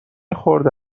خورده